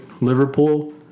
Liverpool